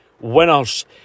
winners